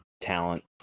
talent